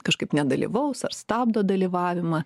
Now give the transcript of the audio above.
kažkaip nedalyvaus ar stabdo dalyvavimą